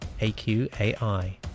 AQAI